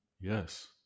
Yes